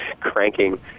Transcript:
cranking